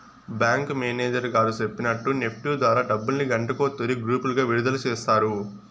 bank manager గారు సెప్పినట్టు NEFT ద్వారా డబ్బుల్ని గంటకో తూరి గ్రూపులుగా విడదల సేస్తారు